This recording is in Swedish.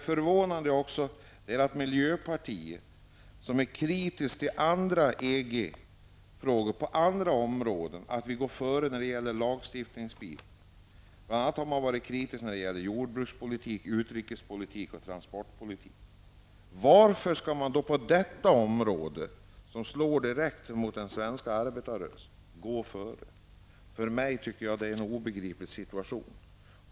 Förvånande är också miljöpartiets inställning. Miljöpartiet är ju kritiskt till att vi går före EG när det gäller lagstiftning på andra områden. Miljöpartiet har bl.a. varit kritiskt när det gäller jordbrukspolitik, utrikespolitik och transportpolitik. Varför skall man då gå före på detta område, när det slår direkt mot den svenska arbetarrörelsen? För mig är det en obegriplig situation.